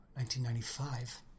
1995